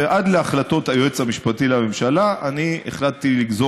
ועד להחלטות היועץ המשפטי לממשלה אני החלטתי לגזור